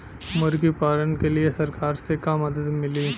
मुर्गी पालन के लीए सरकार से का मदद मिली?